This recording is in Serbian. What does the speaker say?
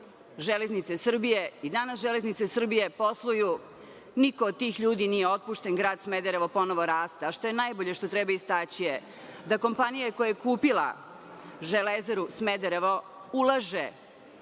„Železnice Srbije“ i danas „Železnice Srbije“ posluju. Niko od tih ljudi nije otpušten. Grad Smederevo ponovo raste. Što je najbolje što treba istaći je, da kompanija koja je kupila „Železaru Smederevo“ ulaže